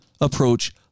approach